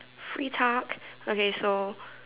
free talk okay so